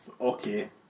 Okay